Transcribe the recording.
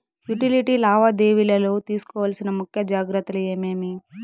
Utility లావాదేవీల లో తీసుకోవాల్సిన ముఖ్య జాగ్రత్తలు ఏమేమి?